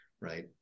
right